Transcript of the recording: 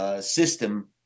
system